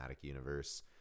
universe